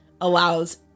allows